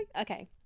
Okay